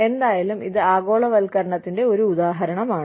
എന്തായാലും ഇത് ആഗോളവൽക്കരണത്തിന്റെ ഒരു ഉദാഹരണമാണ്